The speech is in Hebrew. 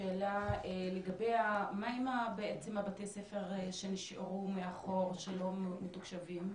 שאלה, מה הם בתי הספר שנשארו מאחור שלא מתוקשבים?